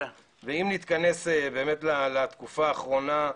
ואם נתכנס באמת לתקופה האחרונה,